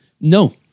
No